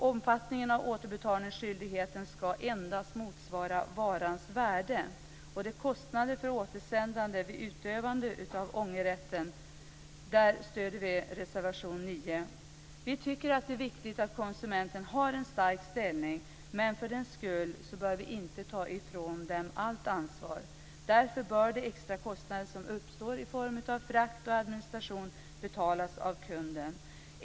Omfattningen av återbetalningsskyldigheten ska endast motsvara varans värde. Angående kostnader för återsändande vid utövande av ångerrätten stöder vi reservation 9. Vi tycker att det är viktigt att konsumenterna har en stark ställning, men för den skull bör vi inte ta ifrån dem allt ansvar. Därför bör de extra kostnader som uppstår i form av frakt och administration betalas av kunden.